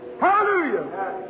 Hallelujah